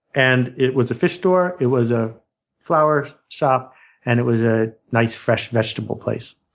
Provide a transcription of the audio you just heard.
and it was a fish store, it was a flower shop and it was a nice, fresh vegetable place.